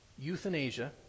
Euthanasia